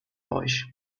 euch